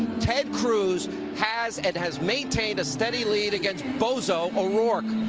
ted cruz has and has maintained a study lead against bozo overworked.